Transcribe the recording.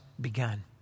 begun